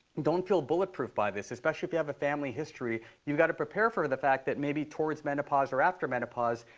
don't feel bulletproof by this, especially if you have a family history. you've got to prepare for the fact that maybe towards menopause or after menopause,